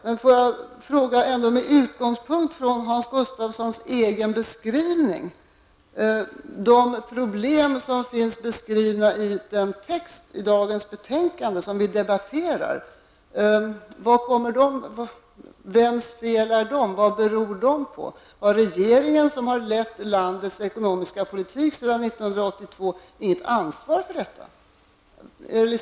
Med utgångspunkt från Hans Gustafssons egen beskrivning vill jag fråga: Varifrån kommer de problem som finns beskrivna i texten i det betänkande som vi i dag debatterar? Vad beror de på, och vems fel är det? Har den regering som lett landets ekonomiska politik sedan år 1982 inget ansvar för detta?